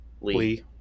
Lee